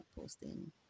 posting